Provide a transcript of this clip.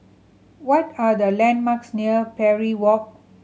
what are the landmarks near Parry Walk